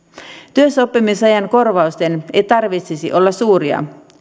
työssäoppimisajan korvausten ei tarvitsisi olla suuria